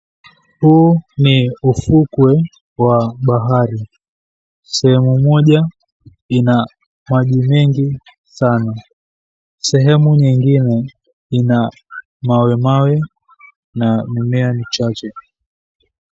Huu ni ufukwe wa bahari. Sehemu moja ina maji mengi sana. Sehemu nyingine ina mawemawe na mimea michache.